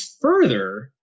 further